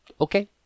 Okay